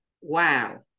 Wow